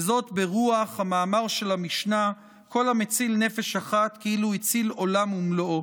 וזאת ברוח המאמר של המשנה: כל המציל נפש אחת כאילו הציל עולם ומלואו.